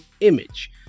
image